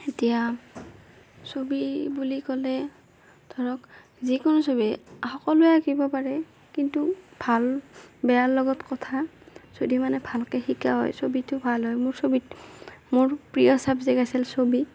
যেতিয়া ছবি বুলি ক'লে ধৰক যিকোনো ছবি সকলোৱে আঁকিব পাৰে কিন্তু ভাল বেয়াৰ লগত কথা যদি মানে ভালকৈ শিকা হয় ছবিটো ভাল হয় মোৰ ছবিত মোৰ প্ৰিয় চাবজেক্ট আছিল ছবি